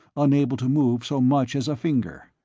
unable to move so much as a finger.